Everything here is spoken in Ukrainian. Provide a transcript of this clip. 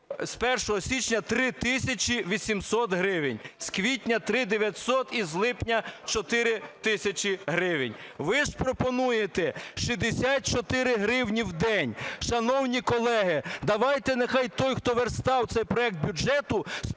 з 1 січня 3 тисячі 800 гривень, з квітня – 3 900 і з липня – 4 тисячі гривень. Ви ж пропонуєте 64 гривні в день. Шановні колеги, давайте, нехай той, хто верстав цей проект бюджету,